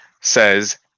says